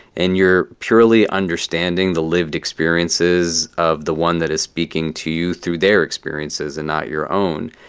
and you're purely understanding the lived experiences of the one that is speaking to you through their experiences and not your own.